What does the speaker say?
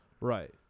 Right